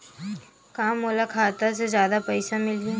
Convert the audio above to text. का मोला खाता से जादा पईसा मिलही?